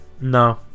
No